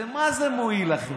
במה זה מועיל לכם?